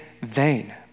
vain